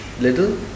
Little